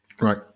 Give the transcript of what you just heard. Right